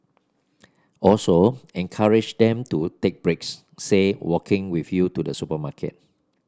also encourage them to take breaks say walking with you to the supermarket